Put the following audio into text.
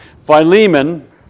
Philemon